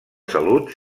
salut